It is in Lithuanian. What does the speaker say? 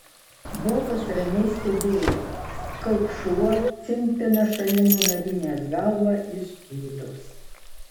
bobas ramiai stebėjo kaip šuo cimpina šalin nunarinęs galvą iš gėdos